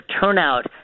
turnout